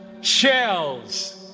shells